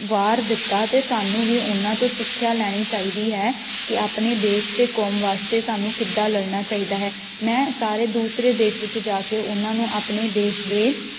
ਵਾਰ ਦਿੱਤਾ ਅਤੇ ਸਾਨੂੰ ਵੀ ਉਹਨਾਂ ਤੋਂ ਸਿੱਖਿਆ ਲੈਣੀ ਚਾਹੀਦੀ ਹੈ ਕਿ ਆਪਣੇ ਦੇਸ਼ ਅਤੇ ਕੌਮ ਵਾਸਤੇ ਸਾਨੂੰ ਕਿੱਦਾਂ ਲੜਨਾ ਚਾਹੀਦਾ ਹੈ ਮੈਂ ਸਾਰੇ ਦੂਸਰੇ ਦੇਸ਼ ਵਿੱਚ ਜਾ ਕੇ ਉਹਨਾਂ ਨੂੰ ਆਪਣੇ ਦੇਸ਼ ਦੇ